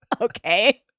Okay